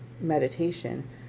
meditation